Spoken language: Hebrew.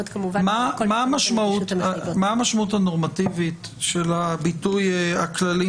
מה המשמעות הנורמטיבית של הביטוי "הכללים